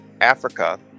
Africa